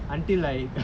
until I